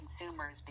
consumers